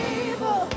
evil